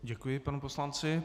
Děkuji panu poslanci.